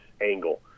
angle